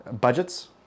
budgets